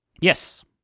Yes